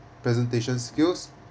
presentation skills